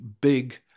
big